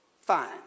fine